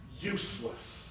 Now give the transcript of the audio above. useless